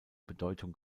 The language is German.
bedeutung